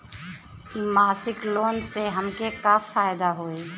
इ मासिक लोन से हमके का फायदा होई?